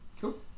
Cool